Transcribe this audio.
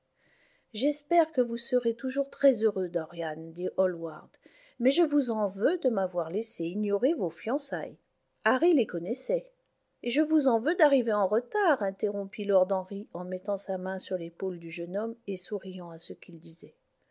j'espère que vous serez toujours très heureux dorian dit hallward mais je vous en veux de m'avoir laissé ignorer vos fiançailles harry les connaissait et je vous en veux d'arriver en retard interrompit lord henry en mettant sa main sur l'épaule du jeune homme et souriant à ce qu'il disait